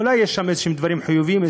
אולי יהיו שם איזשהם דברים חיוביים,